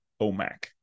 OMAC